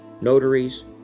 notaries